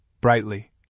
brightly